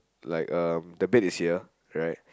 like um the bed is here right